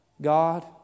God